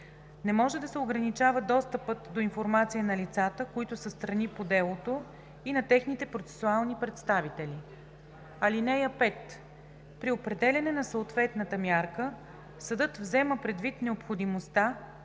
Не може да се ограничава достъпът до информация на лицата, които са страни по делото, и на техните процесуални представители. (5) При определяне на съответната мярка съдът взема предвид необходимостта